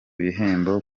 bihembo